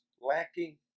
lacking